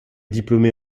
diplômée